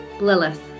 Lilith